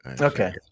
Okay